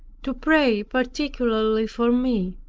to pray particularly for me.